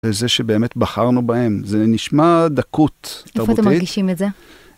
וזה שבאמת בחרנו בהם, זה נשמע דקות, טעותי. איפה אתם מרגישים את זה?